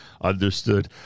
Understood